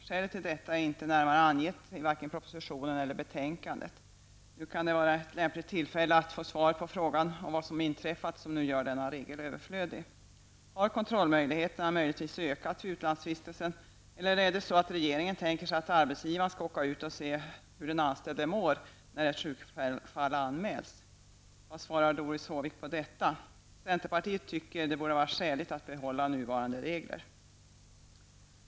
Skälet till detta är inte närmare angett vare sig i propositionen eller betänkandet. Nu kan det vara ett lämpligt tillfälle att få svar på frågan om vad som inträffat som nu gör denna regel överflödig. Har kontrollmöjligheterna ökat vid utlandsvistelse, eller är det så att regeringen tänker sig att arbetsgivaren skall åka ut och se hur den anställde mår när ett sjukfall anmäls? Vad svarar Doris Håvik på detta? Centerpartiet tycker att det hade varit skäligt att behålla nuvarande regler.